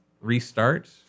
restart